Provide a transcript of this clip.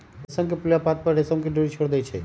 रेशम के पिलुआ पात पर रेशम के डोरी छोर देई छै